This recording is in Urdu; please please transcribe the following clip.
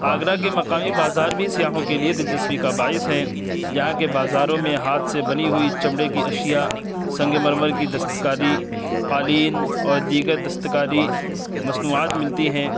آگرہ کے مقامی بازار بھی سیاحوں کے لیے دلچسپی کا باعث ہیں یہاں کے بازاروں میں ہاتھ سے بنی ہوئی چمڑے کی اشیاء سنگ مرمر کی دستکاری قالین اور دیگر دستکاری مصنوعات ملتی ہیں